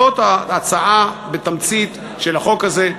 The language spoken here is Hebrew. זאת בתמצית ההצעה של החוק הזה.